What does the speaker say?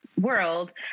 world